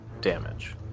damage